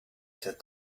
said